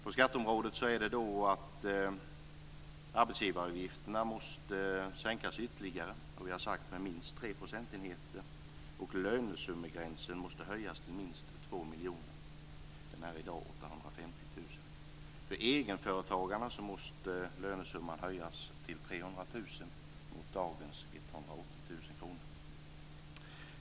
På skatteområdet gäller det att arbetsgivaravgifterna måste sänkas ytterligare, med minst tre procentenheter, har vi sagt, och lönesummegränsen måste höjas till minst 2 miljoner. Den är i dag 850 000. För egenföretagarna måste lönesumman höjas till 300 000 mot dagens 180 000 kronor.